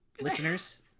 listeners